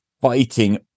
fighting